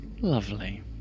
Lovely